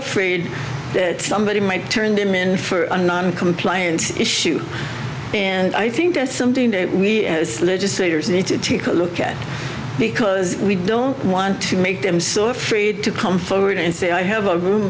afraid that somebody might turn them in for a non compliant issue and i think that's something that we as legislators need to take a look at because we don't want to make them so afraid to come forward and say i have a room